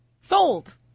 Sold